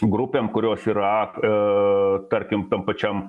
grupėm kurios yra aaa tarkim tam pačiam